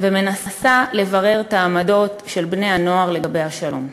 ומנסה לברר את העמדות של בני-הנוער לגבי השלום.